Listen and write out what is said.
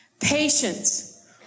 Patience